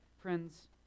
Friends